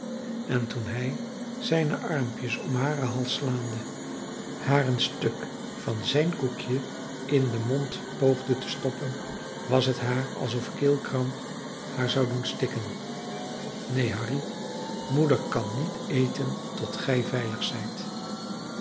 en toen hij zijne armpjes om haren hals slaande haar een stuk van zijn koekje in den mond poogde te stoppen was het haar alsof keelkramp haar zou doen stikken neen harry moeder kan niet eten tot gij veilig zijt